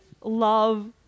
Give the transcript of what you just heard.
love